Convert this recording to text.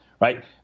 Right